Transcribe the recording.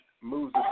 moves